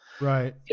Right